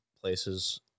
places